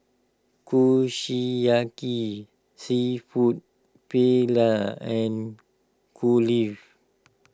Kushiyaki Seafood Paella and